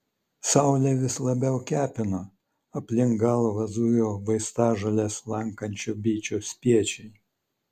saulė vis labiau kepino aplink galvą zujo vaistažoles lankančių bičių spiečiai